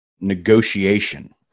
negotiation